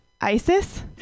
Isis